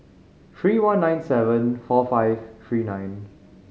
three one nine seven four five three nine